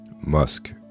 musk